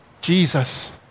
Jesus